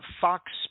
Fox